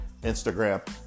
Instagram